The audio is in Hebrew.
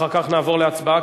אחר כך נעבור להצבעה.